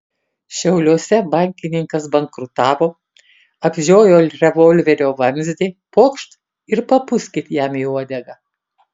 šiauliuose bankininkas bankrutavo apžiojo revolverio vamzdį pokšt ir papūskit jam į uodegą